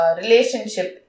relationship